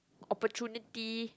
opportunity